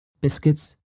biscuits